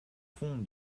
fond